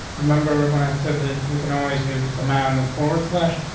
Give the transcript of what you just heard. remember when i said that we can always use the command and forward slash,